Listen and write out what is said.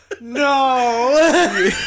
No